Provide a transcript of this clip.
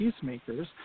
Peacemakers